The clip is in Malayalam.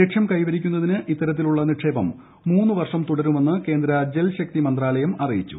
ലക്ഷ്യം കൈവരിക്കുന്നതിന് ഇത്തരത്തിലുള്ള നിക്ഷേപം മൂന്ന് വർഷം തുടരുമെന്ന് കേന്ദ്ര ജൽശക്തി മന്ത്രാലയം അറിയിച്ചു